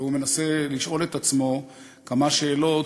והוא מנסה לשאול כמה שאלות,